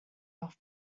off